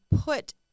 put